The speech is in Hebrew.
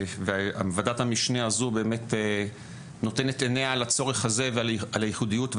וועדת המשנה הזו באמת נותנת עיניה על הצורך הזה ועל הייחודיות,